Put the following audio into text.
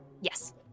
Yes